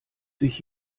sich